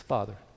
Father